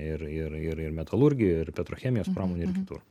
ir ir ir metalurgijoj ir petro chemijos pramonėj ir kitur